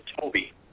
toby